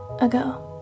ago